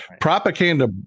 propaganda